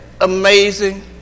amazing